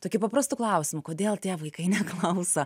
tokiu paprastu klausimu kodėl tie vaikai neklauso